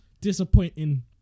disappointing